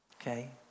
Okay